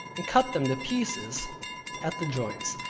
and cut them to pieces at the joints,